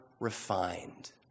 refined